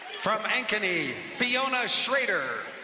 from ankney ffiona sshader.